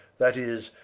that is,